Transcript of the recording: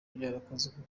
byarakozwe